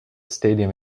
stadium